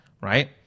right